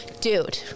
dude